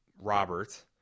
Robert